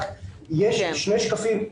יש שני שקפים,